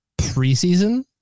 preseason